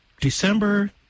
December